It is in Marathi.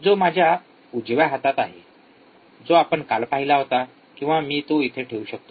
जो माझ्या उजव्या हातात आहे जो आपण काल पहिला होता किंवा मी ते इथे ठेवू शकतो